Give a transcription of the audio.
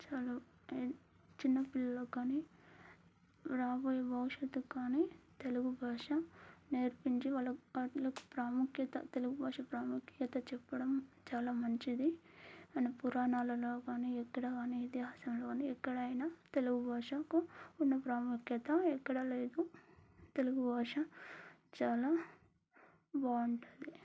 చాలా చిన్న పిల్లలు కానీ రాబోయే భవిష్యత్తు కానీ తెలుగు భాష నేర్పించి వాళ్ళ వాటిలోంచి ప్రాముఖ్యత తెలుగు భాష ప్రాముఖ్యత చెప్పడం చాలా మంచిది మన పురాణాలలో కానీ ఎక్కడా కానీ ఇతిహాసాలలో కానీ ఎక్కడైనా తెలుగు భాషకు ఉన్న ప్రాముఖ్యత ఎక్కడా లేదు తెలుగు భాష చాలా బాగుంటుంది